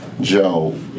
Joe